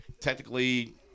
technically